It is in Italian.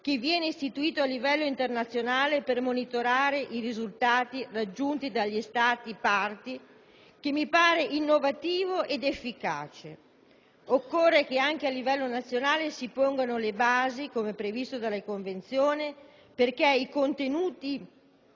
che viene istituito a livello internazionale per monitorare i risultati raggiunti dagli Stati che hanno sottoscritto la Convenzione, che mi pare innovativo ed efficace. Occorre che anche a livello nazionale si pongano le basi, come previsto dalla Convenzione, perché i contenuti